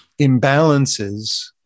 imbalances